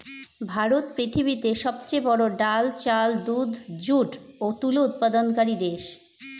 ভারত পৃথিবীতে সবচেয়ে বড়ো ডাল, চাল, দুধ, যুট ও তুলো উৎপাদনকারী দেশ